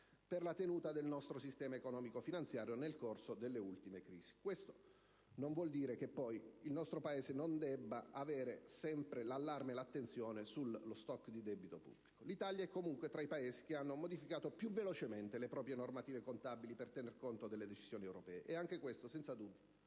per la tenuta del nostro sistema economico-finanziario nel corso delle ultime crisi. Questo non vuol dire che poi il nostro Paese non debba prestare sempre attenzione sullo *stock* di debito pubblico. L'Italia è comunque tra i Paesi che hanno modificato più velocemente le proprie normative contabili per tenere conto delle decisioni europee. Anche questo, senza dubbio